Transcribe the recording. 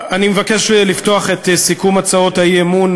אני מבקש לפתוח את סיכום הצעות האי-אמון,